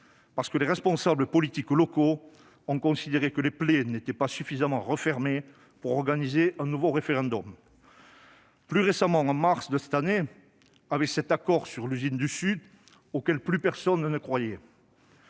parce que les responsables politiques locaux ont considéré que les plaies n'étaient pas suffisamment refermées pour organiser un nouveau référendum ; en mars dernier, au travers de l'accord sur l'usine du Sud, auquel plus personne ne croyait.